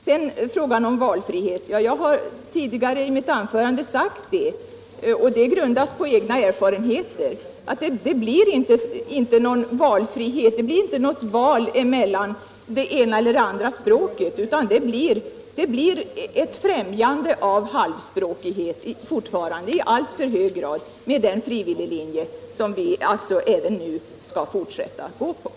Beträffande frågan om valfrihet har jag i mitt tidigare anförande sagt — och det grundas på egna erfarenheter — att det inte blir något val mellan det ena eller det andra språket. Den frivilliglinje vi skall fortsätta att gå på innebär ett främjande av halvspråkighet.